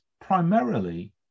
primarily